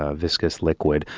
ah viscous liquid,